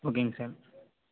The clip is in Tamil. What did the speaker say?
ஓகேங்க சார்